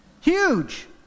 Huge